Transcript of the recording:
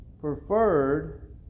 preferred